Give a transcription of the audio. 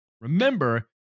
remember